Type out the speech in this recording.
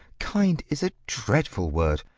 kind is a dreadful word.